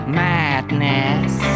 madness